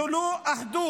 זו לא אחדות.